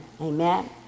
Amen